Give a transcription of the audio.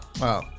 wow